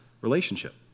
relationship